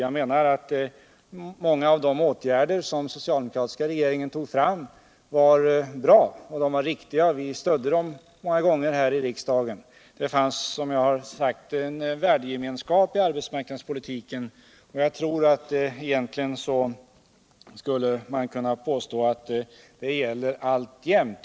Jag menar att många av de åtgärder som socialdemokratiska regeringen tog fram var bra och riktiga, och vi stödde dem många gånger här i riksdagen. Det finns, som jag har sagt tidigare, en värdegemenskap i arbetsmarknadspolitiken. Jag tror att man skulle kunna påstå att det gäller alltjämt.